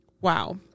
Wow